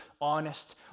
honest